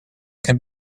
can